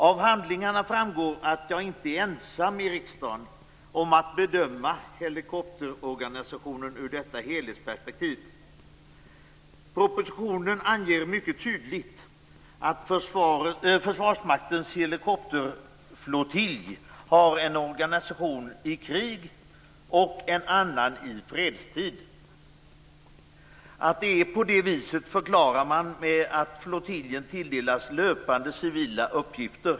Av handlingarna framgår att jag inte är ensam i riksdagen om att bedöma helikopterorganisationen ur detta helhetsperspektiv. I propositionen anges mycket tydligt att Försvarsmaktens helikopterflottilj har en organisation i krig och en annan i fredstid. Att det är på det viset förklarar man med att flottiljen tilldelas löpande civila uppgifter.